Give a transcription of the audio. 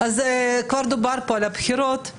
אז כבר דובר פה על הבחירות.